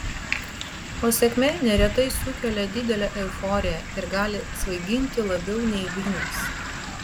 o sėkmė neretai sukelia didelę euforiją ir gali svaiginti labiau nei vynas